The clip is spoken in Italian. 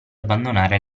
abbandonare